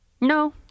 No